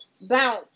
bounce